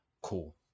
Cool